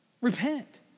Repent